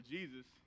Jesus